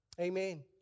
Amen